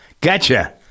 Gotcha